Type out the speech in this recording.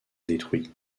détruit